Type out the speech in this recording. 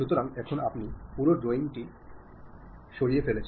সুতরাং এখন আপনি পুরো ড্রয়িংটি হারিয়ে ফেলেছেন